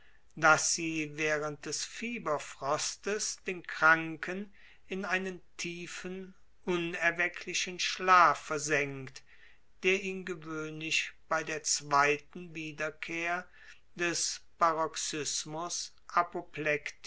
daß sie während des fieberfrostes den kranken in einen tiefen unerwecklichen schlaf versenkt der ihn gewöhnlich bei der zweiten wiederkehr des